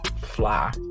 Fly